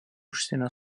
užsienio